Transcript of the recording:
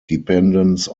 dependence